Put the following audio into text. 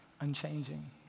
unchanging